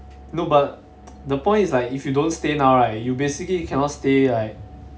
no but the point is like if you don't stay now right you basically you cannot stay like